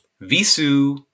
Visu